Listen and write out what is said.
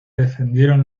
defendieron